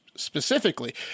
specifically